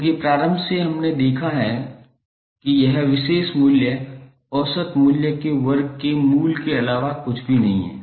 क्योंकि प्रारंभ से हमने देखा है कि यह विशेष मूल्य औसत मूल्य के वर्ग के मूल के अलावा कुछ भी नहीं है